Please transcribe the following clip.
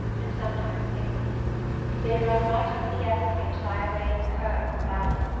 and sometimes singly they run right up the esk and die away in the curve of the valley.